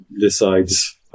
decides